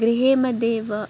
गृहमध्येव